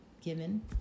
given